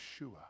Yeshua